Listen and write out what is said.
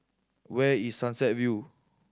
where is Sunset View